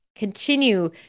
Continue